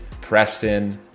Preston